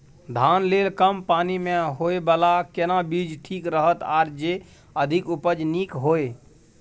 धान लेल कम पानी मे होयबला केना बीज ठीक रहत आर जे अधिक उपज नीक होय?